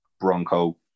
Bronco